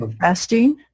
Fasting